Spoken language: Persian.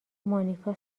مانیکا